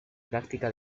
práctica